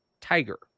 Tiger